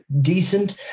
decent